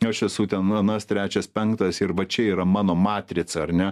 ne aš esu ten anas trečias penktas ir vat čia yra mano matrica ar ne